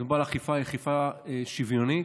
מדובר על אכיפה שוויונית.